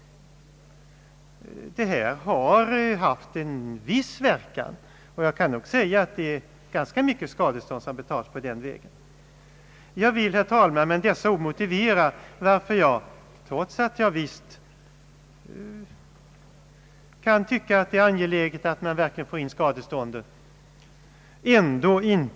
Detta har haft en viss verkan, och jag kan nog säga att det är ganska avsevärda skadestånd som betalts på den vägen. Jag vill, herr talman, med dessa ord motivera varför jag inte biträtt reservationen, trots att jag visst finner det angeläget att man verkligen får in skadestånden.